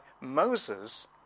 Moses